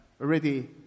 already